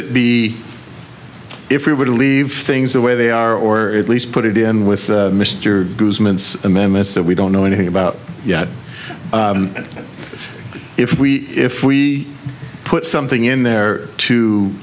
it be if we were to leave things the way they are or at least put it in with mr amendments that we don't know anything about yet if we if we put something in there too